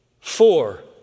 Four